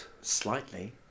Slightly